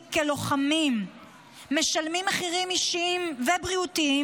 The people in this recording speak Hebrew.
כלוחמים משלמים מחירים אישיים ובריאותיים,